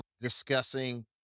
discussing